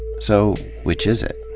so, which is it?